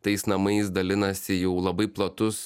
tais namais dalinasi jau labai platus